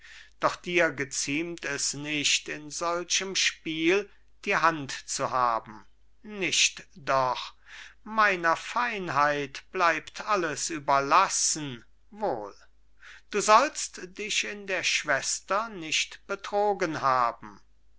doch dir geziemt es nicht in solchem spiel die hand zu haben nicht doch meiner feinheit bleibt alles überlassen wohl du sollst dich in der schwester nicht betrogen haben